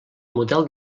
model